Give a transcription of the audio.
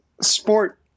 sport